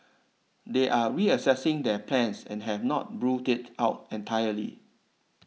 they are reassessing their plans and have not ruled it out entirely